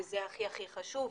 וזה הכי הכי חשוב,